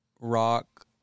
rock